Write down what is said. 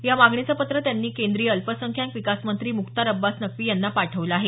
या मागणीचं पत्र त्यांनी केंद्रीय अल्पसंख्याक विकास मंत्री मुख्तार अब्बास नक्की यांना पाठवलं आहे